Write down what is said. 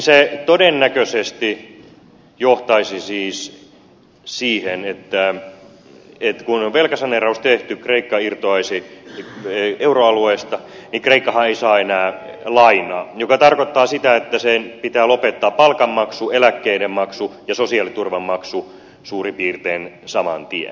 se todennäköisesti johtaisi siis siihen että kun on velkasaneeraus tehty kreikka irtoaisi euroalueesta niin kreikkahan ei saa enää lainaa mikä tarkoittaa sitä että sen pitää lopettaa palkanmaksu eläkkeiden maksu ja sosiaaliturvan maksu suurin piirtein saman tien